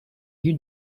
you